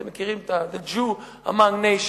אתם מכירים, the Jew among nations.